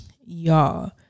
y'all